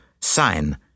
sign